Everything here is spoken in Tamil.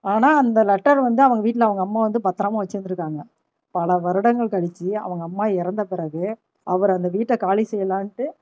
ஆனால் அந்த லெட்டர் வந்து அவங்க வீட்டில் அவங்க அம்மா வந்து பத்தரமாக வச்சி இருந்துருக்காங்க பல வருடங்கள் கழிச்சு அவங்க அம்மா இறந்த பிறகு அவர் அந்த வீட்டை காலி செய்யலான்ட்டு